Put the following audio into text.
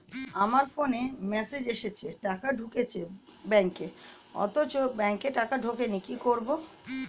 আমার ফোনে মেসেজ এসেছে টাকা ঢুকেছে ব্যাঙ্কে অথচ ব্যাংকে টাকা ঢোকেনি কি করবো?